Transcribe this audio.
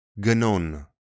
Ganon